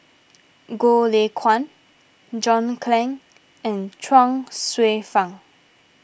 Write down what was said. Goh Lay Kuan John Clang and Chuang Hsueh Fang